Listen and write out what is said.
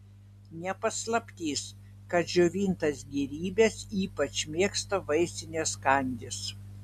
ne paslaptis kad džiovintas gėrybes ypač mėgsta vaisinės kandys